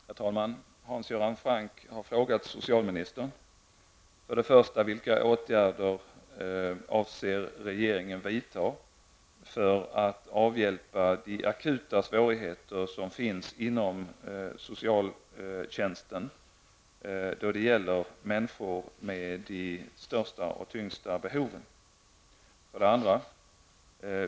Herr talman! Hans Göran Franck har till socialministern ställt följande frågor: 2.